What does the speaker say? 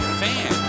fan